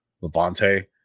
Levante